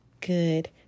good